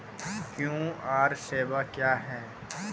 QR सेवा क्या हैं?